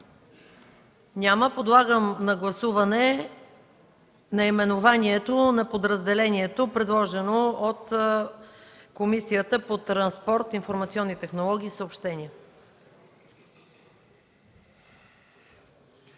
Няма. Подлагам на гласуване наименованието на подразделението, предложено от Комисията по транспорт, информационни технологии и съобщения.